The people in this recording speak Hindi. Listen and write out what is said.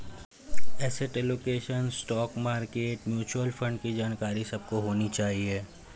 asset allocation, stock market, mutual fund की जानकारी सबको होनी चाहिए